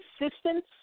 assistance